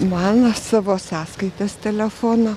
man savo sąskaitas telefono